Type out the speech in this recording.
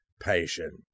patience